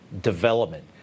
development